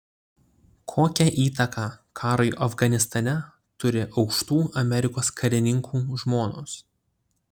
kokią įtaką karui afganistane turi aukštų amerikos karininkų žmonos